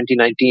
2019